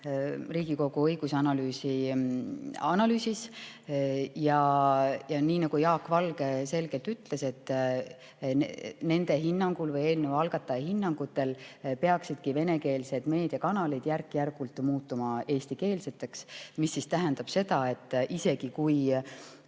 analüüsis. Ja nii nagu Jaak Valge selgelt ütles, nende hinnangul ehk eelnõu algataja hinnangul peaksidki venekeelsed meediakanalid järk-järgult muutuma eestikeelseks. See tähendab seda, et isegi kui